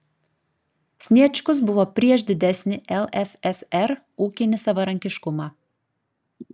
sniečkus buvo prieš didesnį lssr ūkinį savarankiškumą